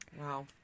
Wow